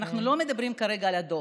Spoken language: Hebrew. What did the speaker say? אנחנו לא מדברים כרגע על הדוח,